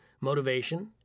motivation